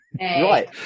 right